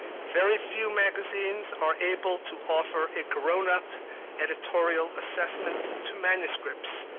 very few magazines are able to offer a grown-up editorial assessment to manuscripts,